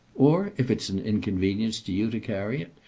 or if it's an inconvenience to you to carry it,